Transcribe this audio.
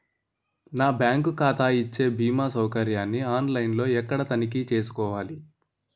నా బ్యాంకు ఖాతా ఇచ్చే భీమా సౌకర్యాన్ని ఆన్ లైన్ లో ఎక్కడ తనిఖీ చేసుకోవాలి?